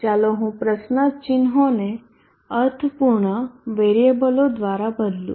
ચાલો હું પ્રશ્નાર્થ ચિન્હોને અર્થપૂર્ણ વેરીએબલો દ્વારા બદલુ